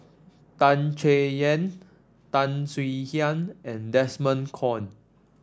Tan Chay Yan Tan Swie Hian and Desmond Kon